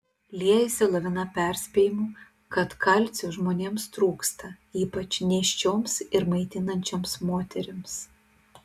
liejasi lavina perspėjimų kad kalcio žmonėms trūksta ypač nėščioms ir maitinančioms moterims